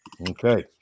Okay